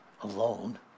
alone